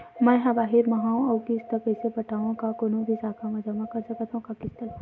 मैं हा बाहिर मा हाव आऊ किस्त ला कइसे पटावव, का कोनो भी शाखा मा जमा कर सकथव का किस्त ला?